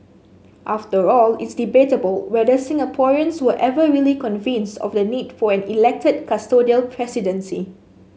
after all it's debatable whether Singaporeans were ever really convinced of the need for an elected custodial presidency